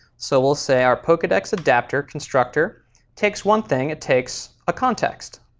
so we'll say our pokedex adapter constructor takes one thing, it takes a context,